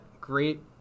great